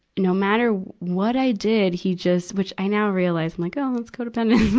you know matter what i did, he just which, i now realize i'm like, oh, let's go to venice.